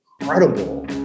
incredible